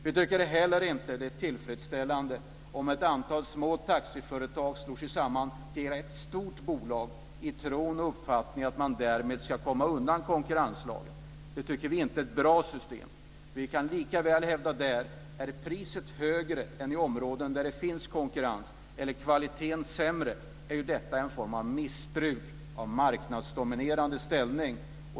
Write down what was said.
Vi tycker heller inte att det är tillfredsställande om ett antal små taxiföretag slår sig samman till ett stort bolag i tron och uppfattningen att de därmed ska komma undan konkurrenslagen. Det tycker vi inte är ett bra system. Är priset högre eller kvaliteten sämre än i områden där det finns konkurrens är detta en form av missbruk av marknadsdominerande ställning.